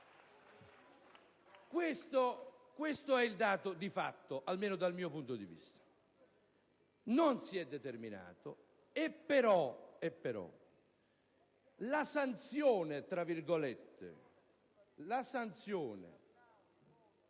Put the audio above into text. Questo è il dato di fatto, almeno dal mio punto di vista. Non si è determinato. Però la "sanzione" a quel che